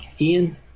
Ian